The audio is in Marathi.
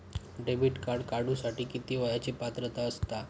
डेबिट कार्ड काढूसाठी किती वयाची पात्रता असतात?